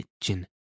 kitchen